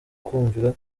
kumvira